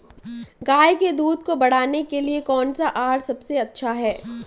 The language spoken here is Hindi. गाय के दूध को बढ़ाने के लिए कौनसा आहार सबसे अच्छा है?